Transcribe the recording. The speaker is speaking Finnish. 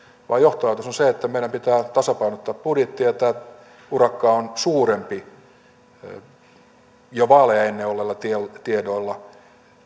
vaan johtoajatus on se että meidän pitää tasapainottaa budjettia ja tämä urakka on jo suurempi nyt vaaleja ennen olleilla tiedoilla